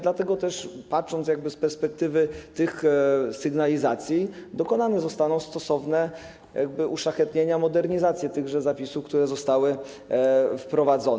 Dlatego też, patrząc z perspektywy tych sygnalizacji, dokonane zostaną stosowne jakby uszlachetnienia, modernizacje tychże zapisów, które zostały wprowadzone.